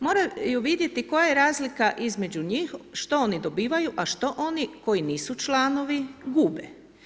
Moraju vidjeti koja je razlika između njih što oni dobivaju, a što oni koji nisu članovi gube.